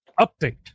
Update